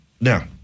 Now